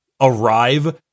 Arrive